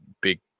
big